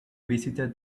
visited